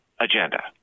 agenda